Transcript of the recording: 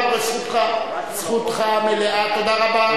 זכותך המלאה, תודה רבה.